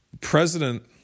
president